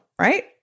right